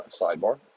sidebar